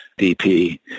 DP